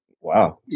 Wow